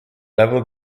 level